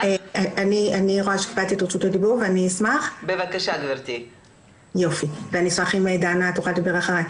אני אשמח אם דנה תוכל לדבר אחריי.